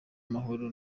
amahoro